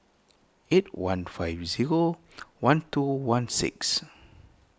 eight one five zero one two one six